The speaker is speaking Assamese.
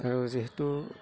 আৰু যিহেতু